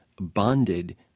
bonded